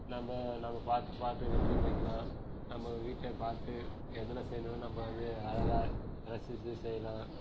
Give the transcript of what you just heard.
நம்ம நம்ம பார்த்து பார்த்து வெல்டிங் வைக்கலாம் நம்ம வீட்டைப் பார்த்து எதுனா செய்யணும்ன்னா நம்ம வந்து அழகாக ரசித்து செய்யலாம்